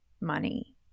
money